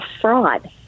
fraud